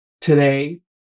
today